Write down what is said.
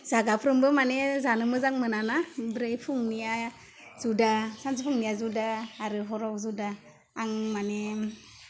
जागाफ्रोमबो माने जानो मोजां मोनाना ओमफ्राय फुंनिया जुदा सानसे फुंनिया जुदा आरो हराव जुदा आं माने